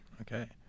Okay